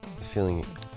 feeling